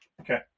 Okay